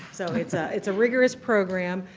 so, it's ah it's a rigorous program.